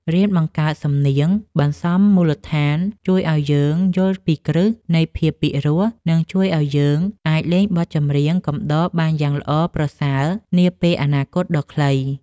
រៀនបង្កើតសំនៀងបន្សំមូលដ្ឋានជួយឱ្យយើងយល់ពីគ្រឹះនៃភាពពីរោះ និងជួយឱ្យយើងអាចលេងបទចម្រៀងកំដរបានយ៉ាងល្អប្រសើរនាពេលអនាគតដ៏ខ្លី។